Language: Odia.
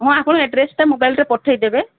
ହଁ ଆପଣ ଆଡ଼୍ରେସଟା ମୋବାଇଲରେ ପଠେଇଦେବେ